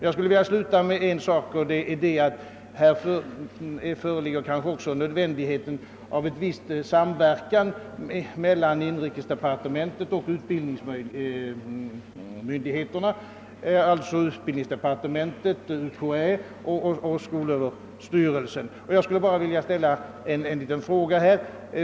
Jag vill avslutningsvis framhålla, att det kanske också föreligger behov av en viss samverkan mellan inrikesdepartementet och utbildningsmyndigheterna, d.v.s. utbildningsdepartementet, universitetskanslersämbetet och skolöverstyrelsen. Jag vill i detta sammanhang ställa en liten fråga.